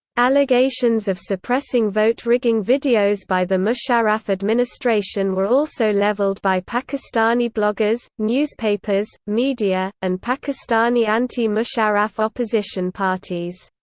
allegations of suppressing vote-rigging videos by the musharraf administration were also leveled by pakistani bloggers, newspapers, media, and pakistani anti-musharraf opposition parties.